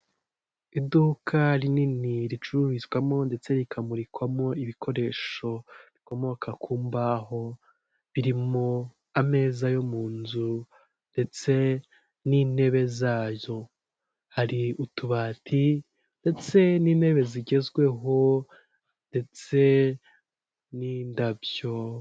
Iduka rinini ricururizwamo ndetse rikamurikwamo ibikoresho bikomoka ku mbaho, biririmo ameza yo mu nzu ndetse n'intebe zazo, hari utubati ndetse n'intebe zigezweho ndetse n'indabyo.